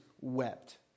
wept